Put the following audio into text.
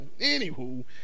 anywho